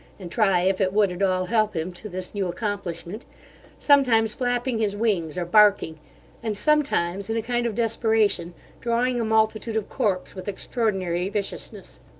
and try if it would at all help him to this new accomplishment sometimes flapping his wings, or barking and sometimes in a kind of desperation drawing a multitude of corks, with extraordinary viciousness.